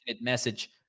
message